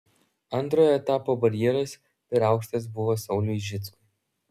antrojo etapo barjeras per aukštas buvo sauliui žičkui